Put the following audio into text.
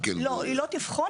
לא, היא לא תבחן.